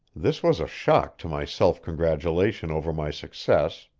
this was a shock to my self-congratulation over my success,